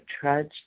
trudge